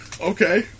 Okay